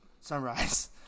Sunrise